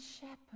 shepherd